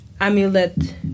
amulet